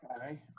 Okay